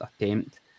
attempt